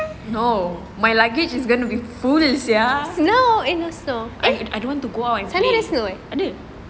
no my luggage is going to be food sia I don't want to go out and play ada